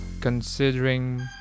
Considering